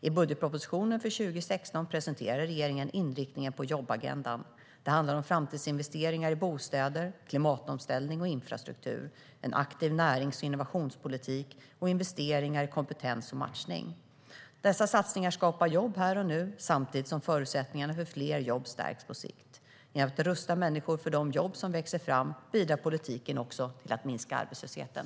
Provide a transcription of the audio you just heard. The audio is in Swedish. I budgetpropositionen för 2016 presenterar regeringen inriktningen på jobbagendan. Det handlar om framtidsinvesteringar i bostäder, klimatomställning och infrastruktur, en aktiv närings och innovationspolitik och investeringar i kompetens och matchning. Dessa satsningar skapar jobb här och nu, samtidigt som förutsättningarna för fler jobb stärks på sikt. Genom att rusta människor för de jobb som växer fram bidrar politiken också till att minska arbetslösheten.